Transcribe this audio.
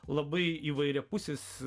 labai įvairiapusis